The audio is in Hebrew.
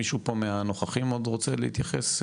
מישהו פה מהנוכחים עוד רוצה להתייחס?